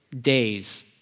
days